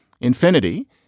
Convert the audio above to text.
infinity